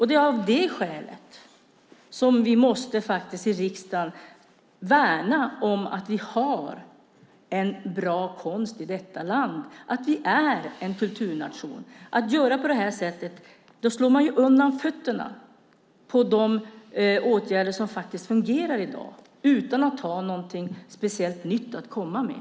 Det är av det skälet som vi i riksdagen måste värna om att vi har en bra konst i detta land och att vi är en kulturnation. Om man gör på detta sätt slår man undan fötterna för det som faktiskt fungerar i dag utan att man har något speciellt nytt att komma med.